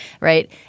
right